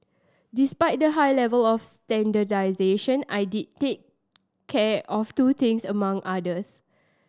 despite the high level of standardisation I did take care of two things among others